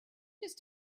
just